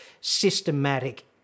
systematic